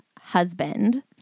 husband